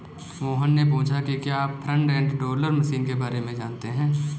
मोहन ने पूछा कि क्या आप फ्रंट एंड लोडर मशीन के बारे में जानते हैं?